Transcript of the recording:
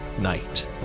night